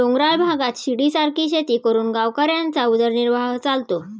डोंगराळ भागात शिडीसारखी शेती करून गावकऱ्यांचा उदरनिर्वाह चालतो